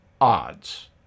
odds